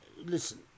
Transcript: Listen